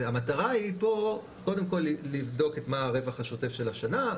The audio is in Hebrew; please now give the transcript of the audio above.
המטרה היא פה קודם כל לבדוק את מה הרווח השוטף של השנה,